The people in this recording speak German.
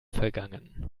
vergangen